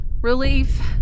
Relief